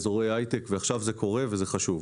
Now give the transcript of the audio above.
באזורי הייטק אבל עכשיו זה קורה וזה חשוב.